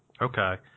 Okay